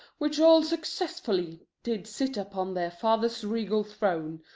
which all successfully did sit upon their father's regal throne,